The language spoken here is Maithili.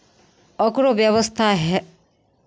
ओकरो व्यवस्था हए